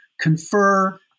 confer